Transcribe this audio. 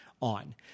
on